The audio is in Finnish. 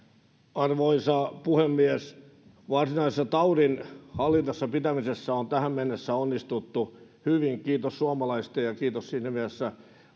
arvoisa puhemies varsinaisessa taudin hallinnassa pitämisessä on tähän mennessä onnistuttu hyvin kiitos suomalaisten ja kiitos siinä mielessä